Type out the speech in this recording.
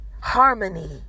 Harmony